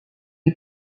est